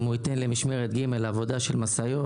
אם הוא ייתן למשמרת ג' עבודה של משאיות